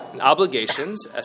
obligations